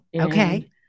Okay